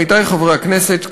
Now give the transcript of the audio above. עמיתי חברי הכנסת,